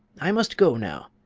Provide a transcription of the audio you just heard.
i must go now.